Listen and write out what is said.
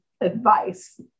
advice